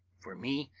for me,